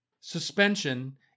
suspension